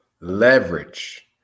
Leverage